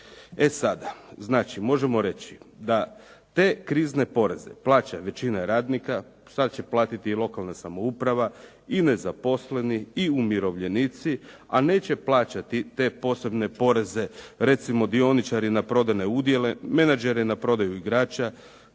E sada, znači možemo reći da te krizne poreze plaća većina radnika, sada će platiti lokalna samouprava i nezaposleni i umirovljenici, a neće plaćati te posebne poreze recimo dioničari na prodajne udjele, menadžere na prodaju igrača,